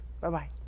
Bye-bye